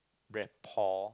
rapport